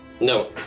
No